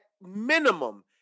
minimum